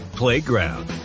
playground